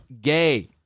gay